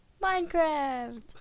Minecraft